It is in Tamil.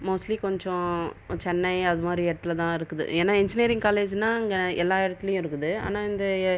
மோஸ்லி கொஞ்சம் சென்னை அதுமாதிரி இடத்தில் தான் இருக்குது ஏன்னால் இன்ஜினியரிங் காலேஜ்னா அங்கே எல்லா இடத்துலையும் இருக்குது ஆனால் இந்த